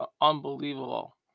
unbelievable